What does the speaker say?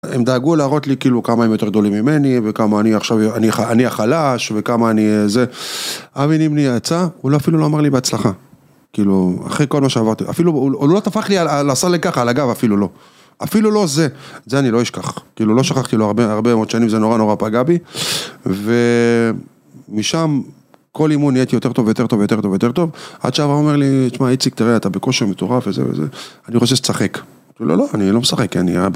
הם דאגו להראות לי, כאילו, כמה הם יותר גדולים ממני, וכמה אני עכשיו... אני החלש... וכמה אני אה... זה... עמי נימני יצא? הוא לא אפילו לא אמר לי בהצלחה. כאילו אחרי כל מה שעברתי. אפילו, הוא לא טפח לי על... על... עשה לי ככה על הגב, אפילו לא. אפילו לא זה. זה אני לא אשכח. כאילו, לא שכחתי לו הרבה מאוד שנים, זה נורא נורא פגע בי. ומשם כל אימון נהייתי יותר טוב, ויותר טוב, ויותר טוב, ויותר טוב. עד שאבא אומר לי, תשמע, איציק, תראה, אתה בכושר מטורף, וזה... וזה... אני חושב שתשחק. אמרתי לו "לא, אני לא משחק, כי אני אב..."